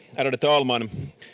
ärade talman